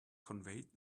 conveyed